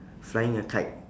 flying a kite